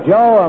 Joe